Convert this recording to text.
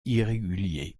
irrégulier